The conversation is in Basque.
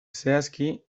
zehazki